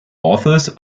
authors